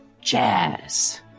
Jazz